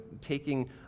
taking